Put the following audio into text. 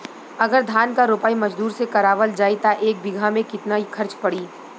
अगर धान क रोपाई मजदूर से करावल जाई त एक बिघा में कितना खर्च पड़ी?